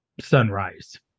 sunrise